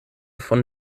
von